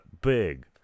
big